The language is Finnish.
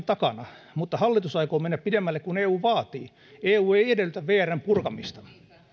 takana mutta hallitus aikoo mennä pidemmälle kuin eu vaatii eu ei edellytä vrn purkamista